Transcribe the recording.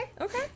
Okay